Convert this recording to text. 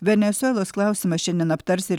venesuelos klausimą šiandien aptars ir